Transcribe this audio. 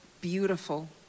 beautiful